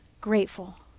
grateful